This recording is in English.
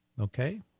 Okay